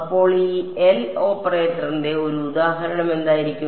അപ്പോൾ ഈ എൽ ഓപ്പറേറ്ററിന്റെ ഒരു ഉദാഹരണം എന്തായിരിക്കാം